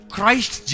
Christ